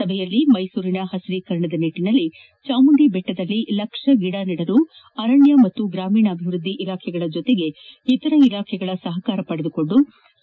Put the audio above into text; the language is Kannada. ಸಭೆಯಲ್ಲಿ ಮೈಸೂರಿನ ಹಬರೀಕರಣದ ನಿಟ್ಟನಲ್ಲಿ ಚಾಮುಂಡಿ ಬೆಟ್ಟದಲ್ಲಿ ಲಕ್ಷ ಗಿಡ ನೆಡಲು ಅರಣ್ಣ ಹಾಗೂ ಗ್ರಾಮೀಣಾಭಿವೃದ್ದಿ ಇಲಾಖೆಗಳ ಜತೆಗೆ ಇತರ ಇಲಾಖೆಗಳ ಸಹಕಾರ ಪಡೆದುಕೊಂಡು